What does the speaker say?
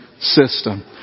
system